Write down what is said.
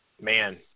man